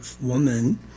woman